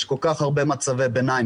יש כל כך הרבה מצבי ביניים.